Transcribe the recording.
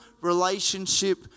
relationship